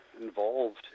involved